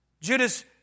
Judas